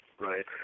Right